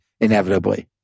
inevitably